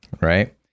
right